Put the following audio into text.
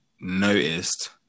noticed